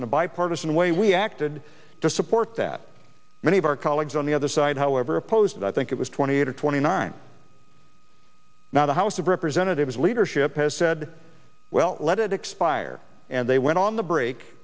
in a bipartisan way we acted to support that many of our colleagues on the other side however opposed i think it was twenty eight or twenty nine now the house of representatives leadership has said well let it expire and they went on the break